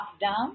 down